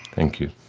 thank you.